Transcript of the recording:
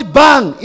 bang